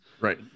right